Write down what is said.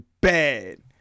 bad